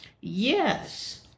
Yes